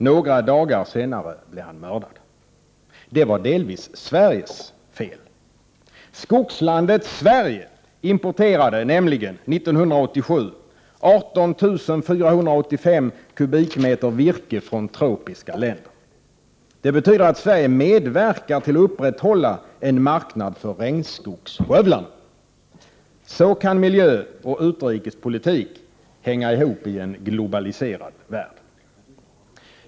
Några dagar senare blev han mördad. Det var delvis Sveriges fel. År 1987 importerade nämligen skogslandet Sverige 18 485 kubikmeter virke från tropiska länder. Det betyder att Sverige medverkat till att upprätthålla en marknad för regnskogsskövlarna. Så kan miljö och utrikespolitik hänga ihop i en globaliserad värld.